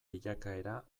bilakaera